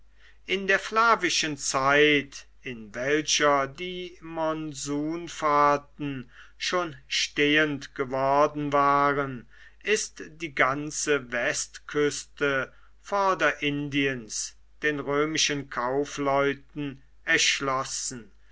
in der flavischen zeit in welcher die monsunfahrten schon stehend geworden waren ist die ganze westküste vorderindiens den römischen kaufleuten erschlossen